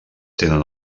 tenen